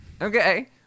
okay